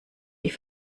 die